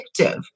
addictive